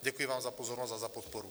Děkuji vám za pozornost a za podporu.